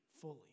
fully